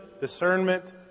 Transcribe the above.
discernment